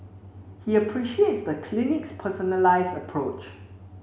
he appreciates the clinic's personalised approach